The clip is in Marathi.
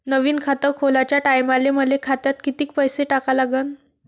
नवीन खात खोलाच्या टायमाले मले खात्यात कितीक पैसे टाका लागन?